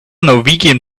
norwegian